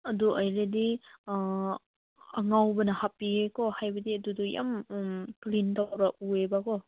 ꯑꯗꯨ ꯑꯣꯏꯔꯗꯤ ꯑꯉꯧꯕꯅ ꯍꯥꯞꯄꯤꯒꯦꯀꯣ ꯍꯥꯏꯕꯗꯤ ꯑꯗꯨꯗꯣ ꯌꯥꯝ ꯀ꯭ꯂꯤꯟ ꯇꯧꯔꯕꯗ ꯎꯌꯦꯕꯀꯣ